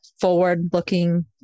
forward-looking